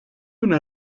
una